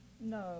No